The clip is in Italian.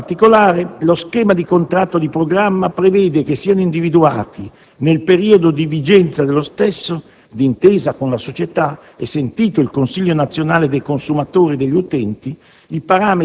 In particolare, lo schema di contratto di programma prevede che siano individuati - nel periodo di vigenza dello stesso - d'intesa con la società e sentito il Consiglio nazionale dei consumatori e degli utenti,